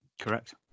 Correct